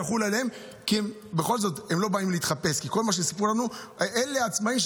להכין הצעת חוק משלימה על העניין הזה של